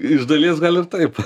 iš dalies gal ir taip